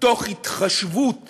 תוך התחשבות